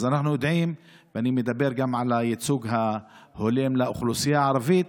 ואני מדבר גם על הייצוג ההולם לאוכלוסייה הערבית.